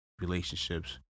relationships